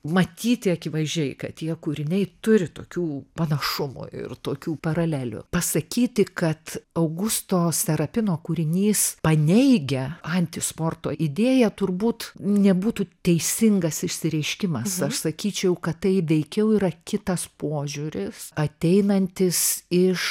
matyti akivaizdžiai kad tie kūriniai turi tokių panašumų ir tokių paralelių pasakyti kad augusto serapino kūrinys paneigia antisporto idėją turbūt nebūtų teisingas išsireiškimas aš sakyčiau kad tai veikiau yra kitas požiūris ateinantis iš